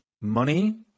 money